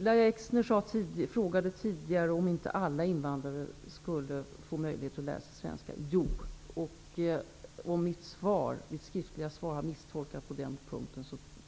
Lahja Exner frågade tidigare om alla invandrare skulle få möjlighet att lära sig svenska. Svaret är ja. Om mitt skriftliga svar har misstolkats på den punkten